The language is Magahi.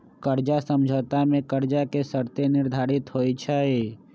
कर्जा समझौता में कर्जा के शर्तें निर्धारित होइ छइ